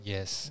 Yes